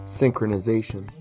synchronization